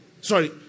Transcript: Sorry